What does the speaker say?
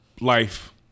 life